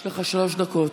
יש לך שלוש דקות.